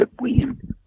William